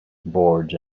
boards